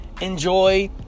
enjoy